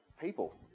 people